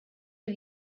had